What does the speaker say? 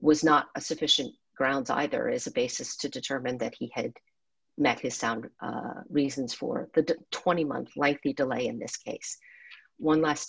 was not a sufficient grounds either as a basis to determine that he had met his sound reasons for the twenty month likely